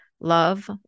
love